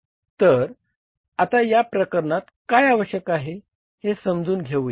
तर आता या प्रकरणात काय आवश्यक आहे हे समजून घेऊया